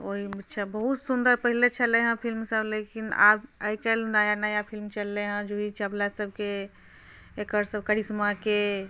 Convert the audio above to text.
ओहिसँ बहुत सुन्दर पहिने छलै हँ फिलिमसब लेकिन आब आइ काल्हि नया नया फिलिम चललै हँ जूही चावला सबके एकर सबके करिश्माके